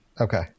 Okay